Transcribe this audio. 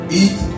eat